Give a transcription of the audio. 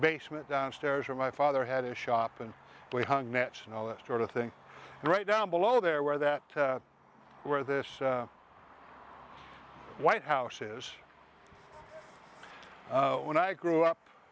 basement downstairs where my father had a shop and we hung nets and all that sort of thing right down below there where that where this white house is when i grew up